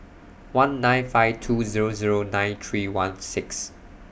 one nine five two Zero Zero nine three one six